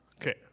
Okay